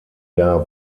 jahr